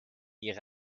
ihre